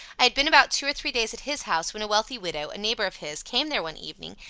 i had been about two or three days at his house, when a wealthy widow, a neighbour of his, came there one evening,